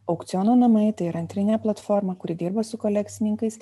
aukciono namai tai yra antrinė platforma kuri dirba su kolekcininkais